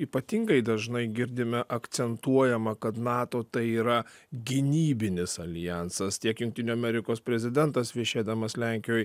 ypatingai dažnai girdime akcentuojama kad nato tai yra gynybinis aljansas tiek jungtinių amerikos prezidentas viešėdamas lenkijoj